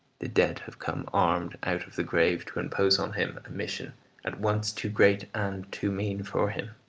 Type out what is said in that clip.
the dead have come armed out of the grave to impose on him a mission at once too great and too mean for him.